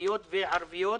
חרדיות וערביות,